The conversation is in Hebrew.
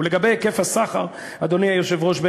כאזרחי